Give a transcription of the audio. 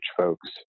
folks